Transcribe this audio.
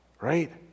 right